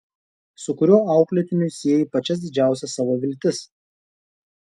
su kuriuo auklėtiniu sieji pačias didžiausias savo viltis